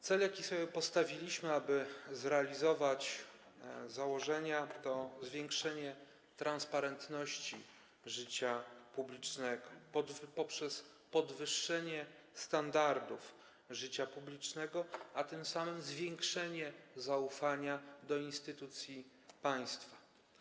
Cel, jaki sobie postawiliśmy, aby zrealizować te założenia, to zwiększenie transparentności życia publicznego poprzez podwyższenie standardów życia publicznego, a tym samym zwiększenie zaufania do instytucji państwa.